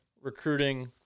recruiting